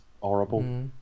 horrible